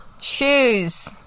Shoes